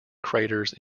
craters